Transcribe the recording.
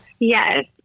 Yes